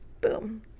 boom